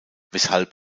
weshalb